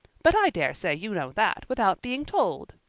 but i dare say you know that without being told.